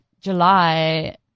July